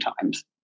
times